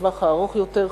לטווח הארוך יותר.